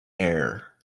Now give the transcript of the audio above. air